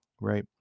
right